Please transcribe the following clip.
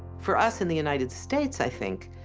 for us in the united states, i think,